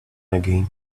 again